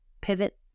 Pivot